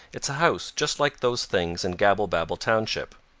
it's a house just like those things in gabblebabble township.